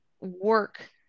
work